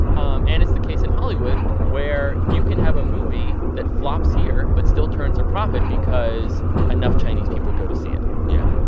um and it's the case in hollywood, where you can have a movie that flops here but still turns a profit because enough chinese people go to see it yeah.